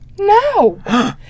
No